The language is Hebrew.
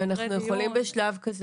ואנחנו יכולים בשלב כזה,